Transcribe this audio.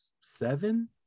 seven